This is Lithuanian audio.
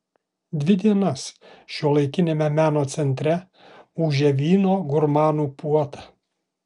dvi dienas šiuolaikiniame meno centre ūžė vyno gurmanų puota